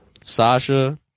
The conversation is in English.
Sasha